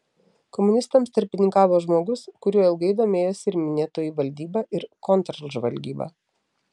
komunistams tarpininkavo žmogus kuriuo ilgai domėjosi ir minėtoji valdyba ir kontržvalgyba